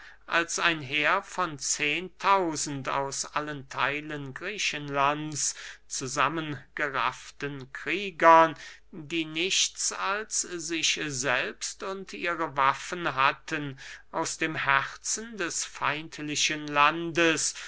als ein heer von zehen tausend aus allen theilen griechenlands zusammen gerafften kriegern die nichts als sich selbst und ihre waffen hatten aus dem herzen des feindlichen landes